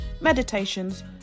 meditations